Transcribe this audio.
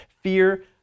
fear